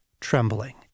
trembling